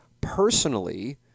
Personally